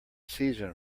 season